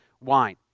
wine